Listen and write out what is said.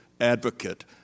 advocate